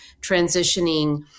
transitioning